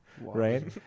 Right